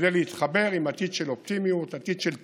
כדי להתחבר עם עתיד של אופטימיות, עתיד של תקווה.